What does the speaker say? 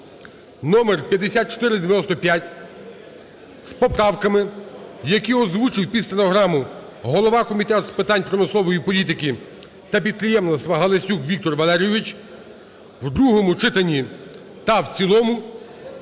(№ 5495) з поправками, які озвучив під стенограму голова Комітету з питань промислової політики та підприємництва Галасюк Віктор Валерійович, в другому читанні та в цілому